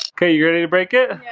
okay, you ready to break it,